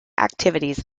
activities